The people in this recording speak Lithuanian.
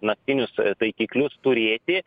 naktinius taikiklius turėti